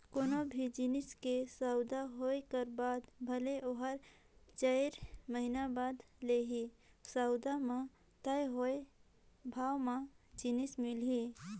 कोनो भी जिनिस के सउदा होए कर बाद भले ओहर चाएर महिना बाद लेहे, सउदा म तय होए भावे म जिनिस मिलही